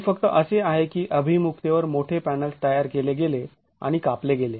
हे फक्त असे आहे की अभिमुखतेवर मोठे पॅनल्स् तयार केले गेले आणि कापले गेले